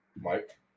Mike